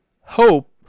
hope